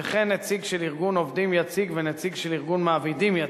וכן נציג של ארגון עובדים יציג ונציג של ארגון מעבידים יציג.